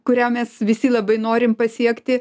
kurią mes visi labai norim pasiekti